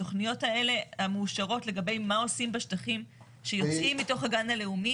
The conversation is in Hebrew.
התכניות האלה המאושרות לגבי מה עושים בשטחים שיוצאים מתוך הגן הלאומי,